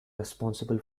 responsible